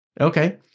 Okay